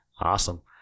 Awesome